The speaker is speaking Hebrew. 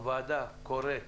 הוועדה קוראת